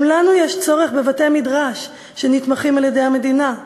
גם לנו יש צורך בבתי-מדרש שנתמכים על-ידי המדינה,